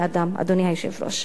אדוני היושב-ראש.